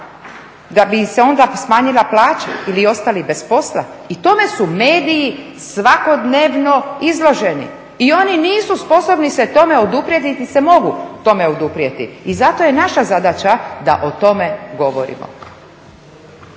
da bi im se onda smanjila plaćali ostali bez posla i tome su mediji svakodnevno izloženi i oni nisu sposobni se tome oduprijeti niti se mogu tome oduprijeti. I zato je naša zadaća da o tome govorimo.